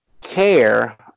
care